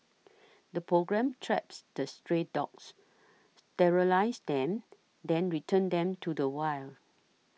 the programme traps the stray dogs sterilises them then returns them to the wild